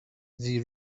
the